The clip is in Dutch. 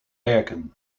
werken